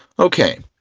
okay,